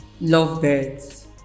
Lovebirds